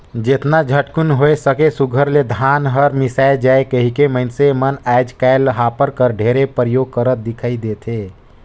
जेतना झटकुन होए सके सुग्घर ले धान हर मिसाए जाए कहिके मइनसे मन आएज काएल हापर कर ढेरे परियोग करत दिखई देथे